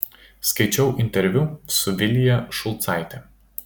skaičiau interviu su vilija šulcaite